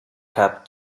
cab